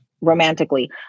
romantically